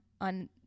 on